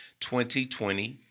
2020